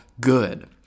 good